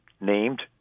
named